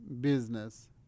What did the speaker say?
business